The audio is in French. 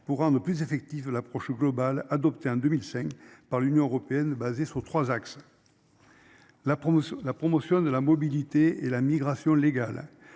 pour un peu plus effective de l'approche globale, adoptée en 2005 par l'Union européenne basée sur 3 axes. La promotion, la promotion de la mobilité et la migration légale